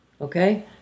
Okay